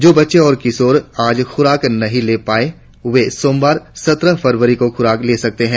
जो बच्चे और किशोर आज खुराक नहीं ले पाएंगे वे सोमवार सत्रह फरवरी को खुराक ले सकते हैं